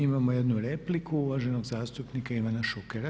Imamo jednu repliku, uvaženog zastupnika Ivana Šukera.